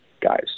guys